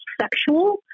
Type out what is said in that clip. sexual